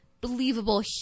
believable